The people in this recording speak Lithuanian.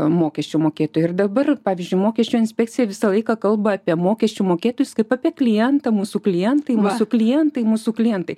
mokesčių mokėtojų ir dabar pavyzdžiui mokesčių inspekcija visą laiką kalba apie mokesčių mokėtojus kaip apie klientą mūsų klientai mūsų klientai mūsų klientai